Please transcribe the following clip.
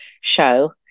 show